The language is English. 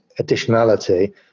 additionality